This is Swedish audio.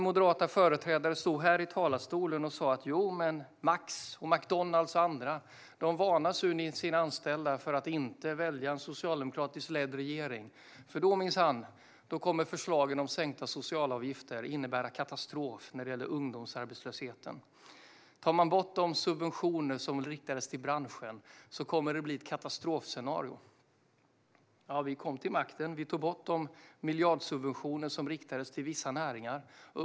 Moderata företrädare stod här i talarstolen och sa att Max, McDonalds och andra varnade sina anställda för att välja en socialdemokratisk ledd regering, för då skulle minsann förslaget om sänkta socialavgifter komma att innebära katastrof för ungdomsarbetslösheten. Om man tog bort de subventioner som riktade sig till den branschen skulle det bli ett katastrofscenario. Ja, vi kom till makten. Vi tog bort de miljardsubventioner som riktade sig till vissa näringar.